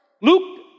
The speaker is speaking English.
Luke